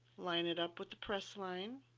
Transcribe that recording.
line it up with the press line,